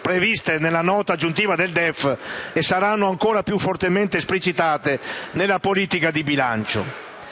previste nella Nota di aggiornamento al DEF e che saranno ancora più fortemente esplicitate nella politica di bilancio.